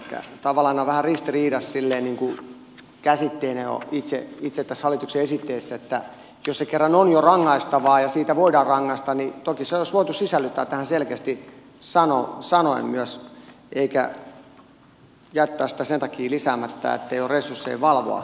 elikkä tavallaan on vähän ristiriidassa silleen niin kuin käsitteenä jo itse tässä hallituksen esityksessä että jos se kerran on jo rangaistavaa ja siitä voidaan rangaista niin toki se olisi voitu sisällyttää tähän selkeästi sanoen myös eikä jättää sitä sen takia lisäämättä ettei ole resursseja valvoa